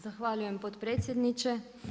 Zahvaljujem potpredsjedniče.